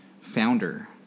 founder